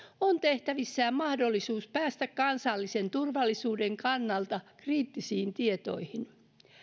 on tehtävissään mahdollisuus päästä kansallisen turvallisuuden kannalta kriittisiin tietoihin